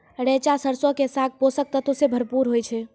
रैचा सरसो के साग पोषक तत्वो से भरपूर होय छै